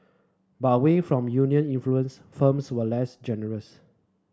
but away from union influence firms were less generous